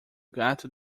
gato